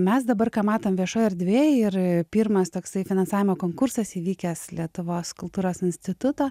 mes dabar ką matom viešoj erdvėj ir pirmas toksai finansavimo konkursas įvykęs lietuvos kultūros instituto